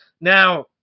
Now